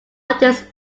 largest